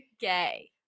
gay